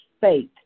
faith